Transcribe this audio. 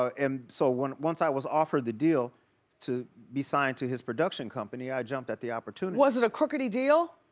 ah um so, once once i was offered the deal to be signed to his production company i jumped at the opportunity. was it a crookedy deal?